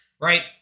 right